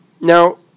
Now